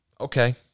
Okay